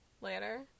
later